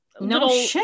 No